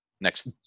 next